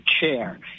chair